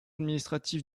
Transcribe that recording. administratif